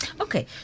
Okay